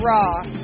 Raw